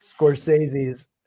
Scorsese's